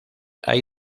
hay